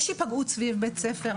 יש היפגעות סביב בית הספר,